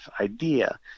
idea